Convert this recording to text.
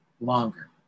longer